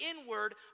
inward